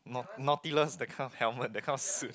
naut~ nautilus the kind of helmet the kind of suit